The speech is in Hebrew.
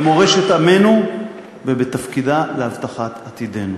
במורשת עמנו ובתפקידה להבטחת עתידנו.